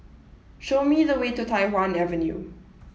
show me the way to Tai Hwan Avenue